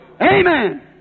Amen